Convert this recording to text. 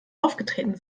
aufgetreten